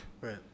right